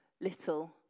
little